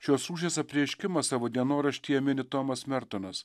šios rūšies apreiškimą savo dienoraštyje mini tomas mertonas